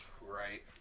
right